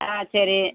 ஆ சரி